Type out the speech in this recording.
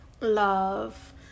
love